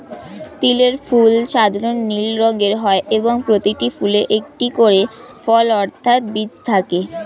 তিলের ফুল সাধারণ নীল রঙের হয় এবং প্রতিটি ফুলে একটি করে ফল অর্থাৎ বীজ থাকে